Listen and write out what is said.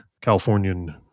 Californian